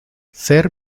ser